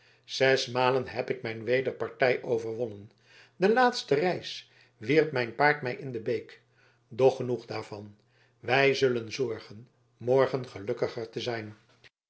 zesmalen heb ik mijn wederpartij overwonnen de laatste reis wierp mijn paard mij in de beek doch genoeg daarvan wij zullen zorgen morgen gelukkiger te zijn